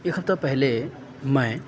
ایک ہفتہ پہلے میں